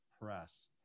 PRESS